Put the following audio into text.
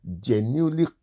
genuinely